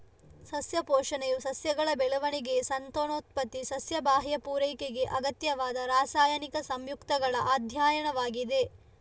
ಸಸ್ಯ ಪೋಷಣೆಯು ಸಸ್ಯಗಳ ಬೆಳವಣಿಗೆ, ಸಂತಾನೋತ್ಪತ್ತಿ, ಸಸ್ಯ ಬಾಹ್ಯ ಪೂರೈಕೆಗೆ ಅಗತ್ಯವಾದ ರಾಸಾಯನಿಕ ಸಂಯುಕ್ತಗಳ ಅಧ್ಯಯನವಾಗಿದೆ